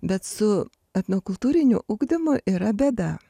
bet su etnokultūriniu ugdymu yra bėda